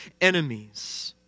enemies